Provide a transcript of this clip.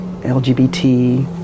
LGBT